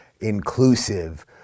inclusive